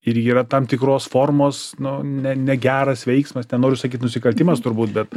ir yra tam tikros formos nu ne negeras veiksmas nenoriu sakyt nusikaltimas turbūt bet